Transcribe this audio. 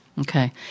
Okay